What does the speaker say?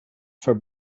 for